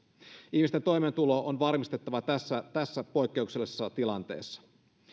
ihmisten toimeentulo on varmistettava tässä tässä poikkeuksellisessa tilanteessa